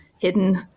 hidden